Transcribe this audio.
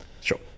Sure